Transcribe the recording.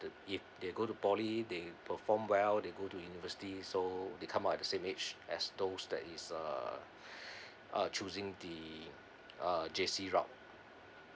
if they go to poly they perform well they go to university so they come out at the same age as those that is uh uh choosing the uh J_C route